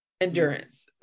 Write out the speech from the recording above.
endurance